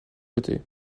côté